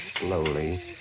slowly